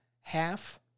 half